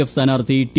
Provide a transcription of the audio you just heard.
F സ്ഥാനാർത്ഥി T